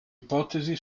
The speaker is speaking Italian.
ipotesi